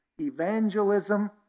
evangelism